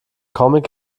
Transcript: comic